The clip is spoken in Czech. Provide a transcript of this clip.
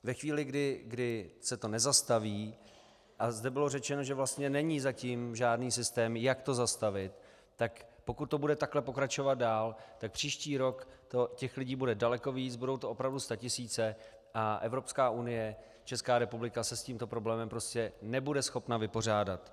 Ve chvíli, kdy se to nezastaví, a zde bylo řečeno, že vlastně není zatím žádný systém, jak to zastavit, tak pokud to bude takhle pokračovat dál, příští rok těch lidí bude daleko víc, budou to opravdu statisíce a Evropská unie, Česká republika se s tímto problémem prostě nebude schopna vypořádat.